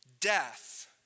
death